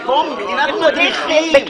מבחינת מדריכים.